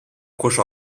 proche